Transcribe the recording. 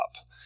up